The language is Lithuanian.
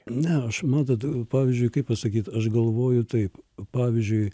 ne aš matot pavyzdžiui kaip pasakyt aš galvoju taip pavyzdžiui